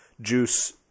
juice